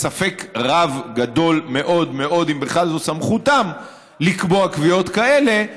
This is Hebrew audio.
שספק רב גדול מאוד מאוד אם בכלל זו סמכותה לקבוע קביעות כאלה,